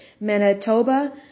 Manitoba